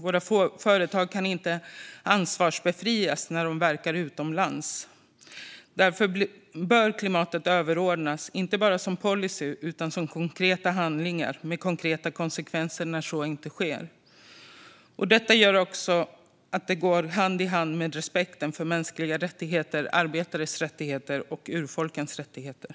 Våra företag kan inte ansvarsbefrias när de verkar utomlands. Därför bör klimatet överordnas. Det bör inte bara vara en policy, utan det bör vara konkreta handlingar och konkreta konsekvenser när så inte sker. Detta går också hand i hand med respekten för mänskliga rättigheter, arbetares rättigheter och urfolkens rättigheter.